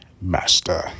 master